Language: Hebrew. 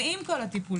ועם כל הטיפולים,